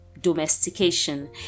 domestication